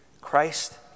Christ